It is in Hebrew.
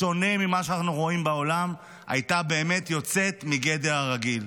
בשונה ממה שאנחנו רואים בעולם הייתה באמת יוצאת מגדר הרגיל.